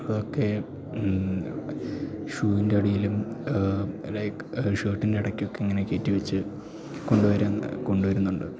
അതൊക്കെ ഷൂൻറ്റെ അടീലും ലൈക്ക് ഷേർട്ടിൻറ്റെ ഇടയ്ക്കും ഒക്കെ ഇങ്ങനെ കയറ്റിവെച്ച് കൊണ്ടുവരുന്നുണ്ട്